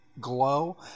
glow